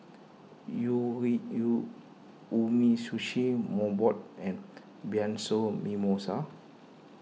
u we u Umisushi Mobot and Bianco Mimosa